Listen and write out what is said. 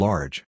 Large